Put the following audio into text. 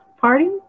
party